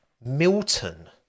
milton